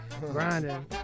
Grinding